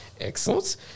Excellent